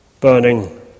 burning